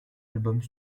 albums